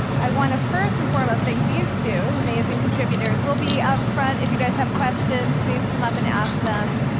i want to, first and foremost, thank these two amazing contributors. we'll be up front. if you guys have questions, please come up and ask them.